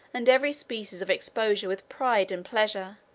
and every species of exposure with pride and pleasure,